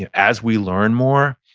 and as we learn more,